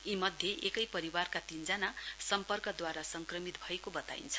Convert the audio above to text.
यी मध्ये एकै परिवारका तीनजना सम्पर्कद्वारा संक्रमित भएको बताइन्छ